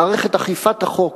מערכת אכיפת החוק.